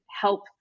help